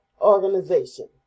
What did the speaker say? Organization